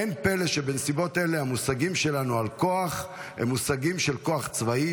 אין פלא שבנסיבות אלה המושגים שלנו על כוח הם מושגים של כוח צבאי,